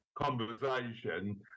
conversation